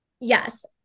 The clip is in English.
Yes